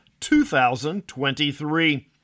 2023